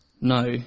No